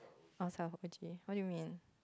outside of O_G what do you mean